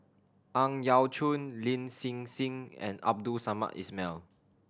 Ang Yau Choon Lin Hsin Hsin and Abdul Samad Ismail